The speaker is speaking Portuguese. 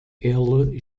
ele